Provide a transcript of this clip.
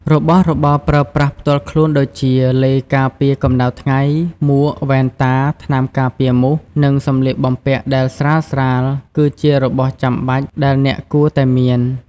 របស់របរប្រើប្រាស់ផ្ទាល់ខ្លួនដូចជា ឡេការពារកម្តៅថ្ងៃ មួក វ៉ែនតា ថ្នាំការពារមូស និងសម្លៀកបំពាក់ដែលស្រាលៗ គឺជារបស់ចាំបាច់ដែលអ្នកគួរតែមាន។